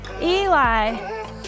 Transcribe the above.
eli